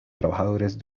trabajadores